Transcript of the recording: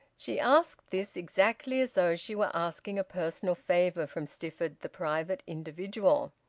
she asked this exactly as though she were asking a personal favour from stifford the private individual.